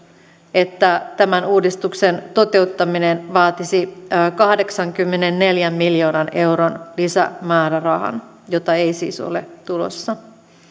että tämän uudistuksen toteuttaminen vaatisi kahdeksankymmenenneljän miljoonan euron lisämäärärahan jota ei siis ole tulossa